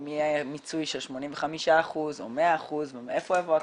אם יהיה מיצוי של 85% או 100% ומאיפה יבוא הכסף,